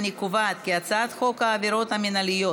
אני קובעת כי הצעת חוק העבירות המינהליות